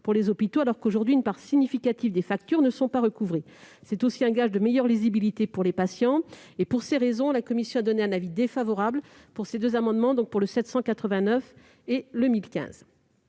pour les hôpitaux alors qu'aujourd'hui une part significative des factures n'est pas recouvrée. C'est aussi un gage de meilleure lisibilité pour les patients. ¨Pour ces raisons, la commission a émis un avis défavorable sur ces deux amendements. Les autres amendements